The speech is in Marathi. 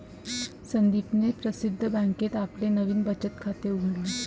संदीपने प्रसिद्ध बँकेत आपले नवीन बचत खाते उघडले